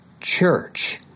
church